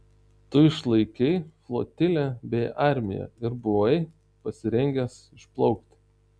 tu išlaikei flotilę bei armiją ir buvai pasirengęs išplaukti